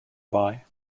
buy